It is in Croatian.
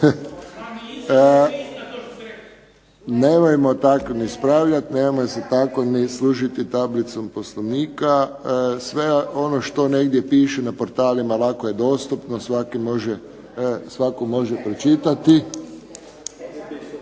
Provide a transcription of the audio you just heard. Nemojmo tako ispravljati nemojmo se tako služiti tablicom POslovnika. Sve ono što negdje piše na portalima lako je dostupno, svako može pročitati.